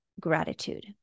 gratitude